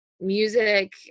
music